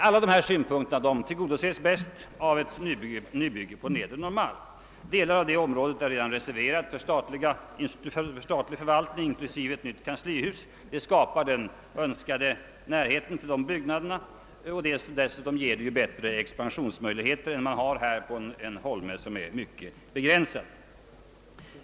Alla dessa synpunkter tillgodoses bäst av ett nybygge på Nedre Norrmalm. Delar av det området är redan reserverade för statlig förvaltning inklusive ett nytt kanslihus. Förläggning av riksdagshuset dit skapar den önskade närheten till dessa byggnader och dessutom ger det ju bättre expansionsmöjligheter än man har här på en holme som är mycket begränsad.